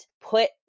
put